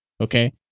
Okay